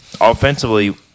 offensively